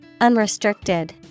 Unrestricted